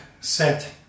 set